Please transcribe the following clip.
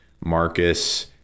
Marcus